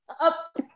Up